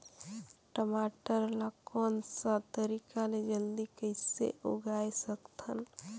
टमाटर ला कोन सा तरीका ले जल्दी कइसे उगाय सकथन?